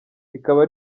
rikaba